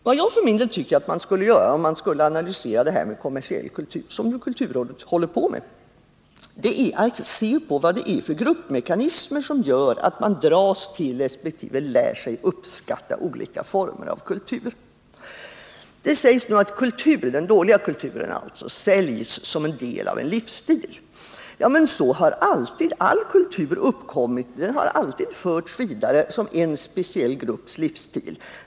Vad jag för min del tycker att man skulle göra om man vill analysera begreppet kommersiell kultur, vilket ju kulturrådet håller på med, är att se på vilka gruppmekanismer det är som gör att man dras till resp. lär sig uppskatta olika former av kultur. Det sägs om den dåliga kulturen att den säljs som en del av en livsstil. Men så har alltid all kultur uppkommit. Den har alltid förts vidare som en speciell grupps livsstil.